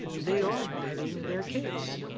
they are betting their case.